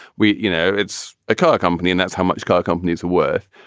we you know, it's a car company and that's how much car companies are worth.